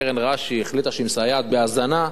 קרן רש"י החליטה שהיא מסייעת בהזנה,